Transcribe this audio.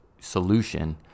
solution